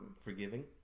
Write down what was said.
Forgiving